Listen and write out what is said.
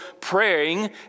praying